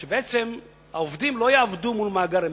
בעצם העובדים לא יעבדו מול מאגר אמת.